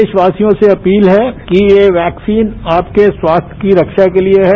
देशवासियों से अपील है कि ये वैक्सीन आपके स्वास्थ्य की रक्षा के लिए है